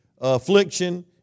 affliction